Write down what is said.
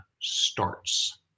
starts